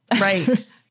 Right